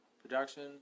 production